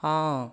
ହଁ